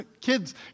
kids